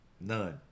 None